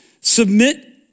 Submit